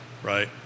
right